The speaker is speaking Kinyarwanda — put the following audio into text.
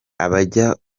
abajya